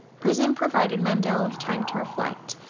prison provided mandela with time to reflect.